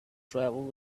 travelled